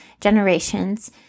generations